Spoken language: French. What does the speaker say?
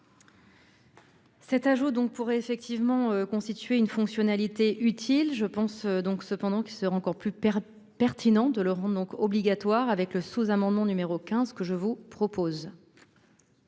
Cet ajout donc pourrait effectivement constituer une fonctionnalité utile je pense donc cependant qui sera encore plus. Pertinent de Laurent donc obligatoire avec le sous-, amendement numéro 15 que je vous propose.